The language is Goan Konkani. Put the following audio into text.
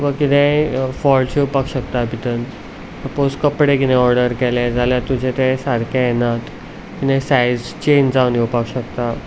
वा कितेंय फॉल्ट्स येवपाक शकता तितूंत सपोझ कपडे कितें ऑर्डर केले जाल्यार तुजे ते सारके येनात आनी सायझ चॅंज जावन येवपाक शकता